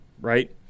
right